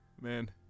Man